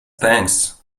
thanks